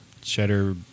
cheddar